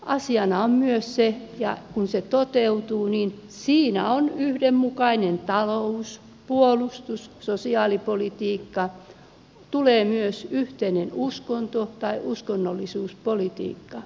asialla on myös se ja kun se liittovaltio toteutuu siinä on yhdenmukainen talous puolustus sosiaalipolitiikka tulee myös yhteinen uskonto tai uskonnollisuuspolitiikka